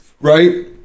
Right